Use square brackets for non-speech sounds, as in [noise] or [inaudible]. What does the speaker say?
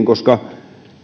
[unintelligible] koska